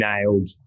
nailed